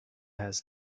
has